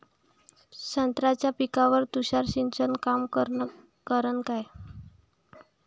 संत्र्याच्या पिकावर तुषार सिंचन काम करन का?